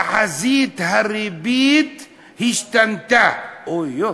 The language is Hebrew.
תחזית הריבית השתנתה, אוי,